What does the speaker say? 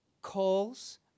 Calls